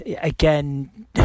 Again